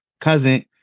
cousin